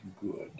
good